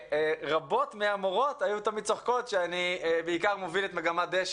ורבות מהמורות היו תמיד צוחקות שאני בעיקר מוביל את מגמת דשא,